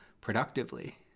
productively